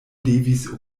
devis